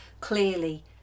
clearly